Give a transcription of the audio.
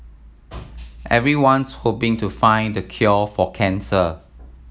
everyone's hoping to find the cure for cancer